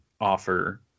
offer